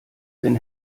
wenn